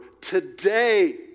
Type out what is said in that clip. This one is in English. today